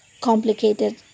complicated